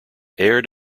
aired